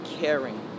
caring